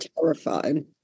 terrified